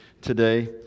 today